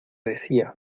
decía